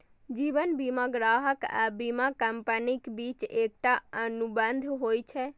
जीवन बीमा ग्राहक आ बीमा कंपनीक बीच एकटा अनुबंध होइ छै